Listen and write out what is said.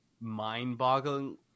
mind-boggling